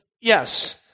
yes